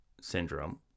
syndrome